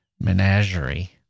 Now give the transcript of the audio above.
menagerie